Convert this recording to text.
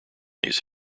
these